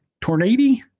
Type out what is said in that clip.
tornado